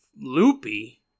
loopy